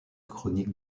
chronique